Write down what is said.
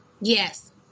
Yes